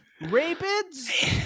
Rapids